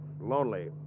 lonely